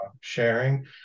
sharing